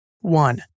One